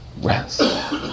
rest